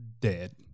Dead